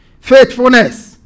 Faithfulness